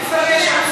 הוא מפרש את המושג.